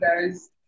guys